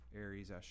Aries